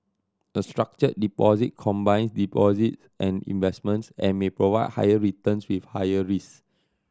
a structured deposit combines deposits and investments and may provide higher returns with higher risk